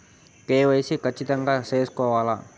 KYC ఖచ్చితంగా సేసుకోవాలా